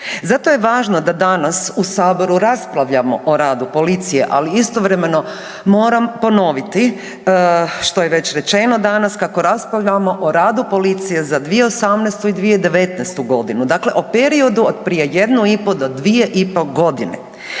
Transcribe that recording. Zato je važno da nas u Saboru raspravljamo o radu policije ali istovremeno moram ponovit što je već rečeno danas, kako raspravljamo o radu policije za 2018. i 2019. g., dakle o periodu od prije 1,5 do 2,5 godine.